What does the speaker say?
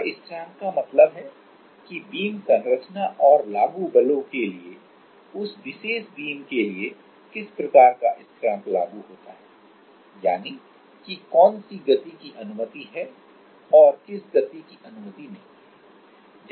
और स्थिरांक का मतलब है कि बीम संरचना और लागू बलों के लिए उस विशेष बीम के लिए किस प्रकार का स्थिरांक लागू होता है यानी कि कौन सी गति की अनुमति है और किस गति की अनुमति नहीं है